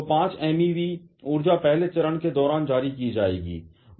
तो 5 MeV ऊर्जा पहले चरण के दौरान जारी की जाएगी